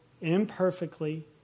imperfectly